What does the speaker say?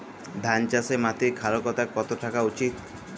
ধান চাষে মাটির ক্ষারকতা কত থাকা উচিৎ?